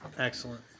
excellent